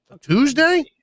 tuesday